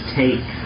take